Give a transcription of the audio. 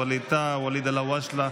ווליד טאהא,